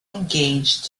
engaged